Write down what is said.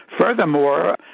furthermore